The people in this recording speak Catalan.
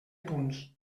punts